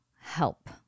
help